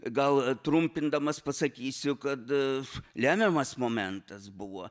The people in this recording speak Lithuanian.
gal trumpindamas pasakysiu kad lemiamas momentas buvo